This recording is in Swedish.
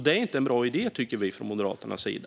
Det är inte en bra idé, tycker vi från Moderaternas sida.